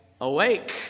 awake